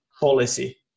policy